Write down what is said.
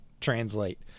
translate